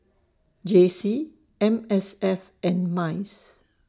J C M S F and Mice